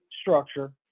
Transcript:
structure